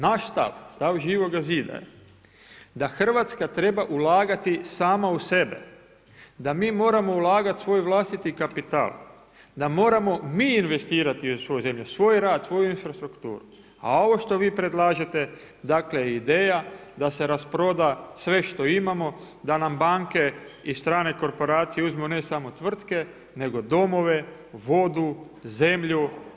Naš stav, stav Živog zida je da RH treba ulagati sama u sebe, da mi moramo ulagati svoj vlastiti kapital, da moramo mi investirati u svoju zemlju, svoj rad, svoju infrastrukturu, a ovo što vi predlažete dakle, ideja da se rasproda sve što imamo, da nam banke i strane korporacije uzmu ne samo tvrtke nego domove, vodu, zemlju.